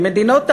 עם מדינות ערב,